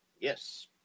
Yes